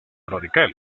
radical